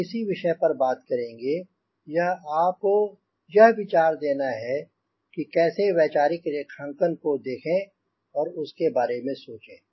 हम इसी विषय पर बात करेंगे यह आपको यह विचार देना कि कैसे वैचारिक रेखांकन को देखें और उसके बारे में सोचें